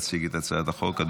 להציג את הצעת החוק,